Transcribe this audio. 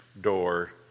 door